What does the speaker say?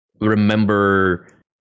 remember